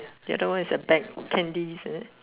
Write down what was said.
the other one is a bag candies is it